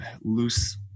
loose